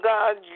God